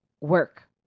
work